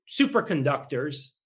superconductors